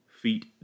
feet